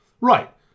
right